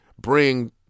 bring